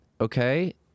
Okay